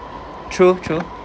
true true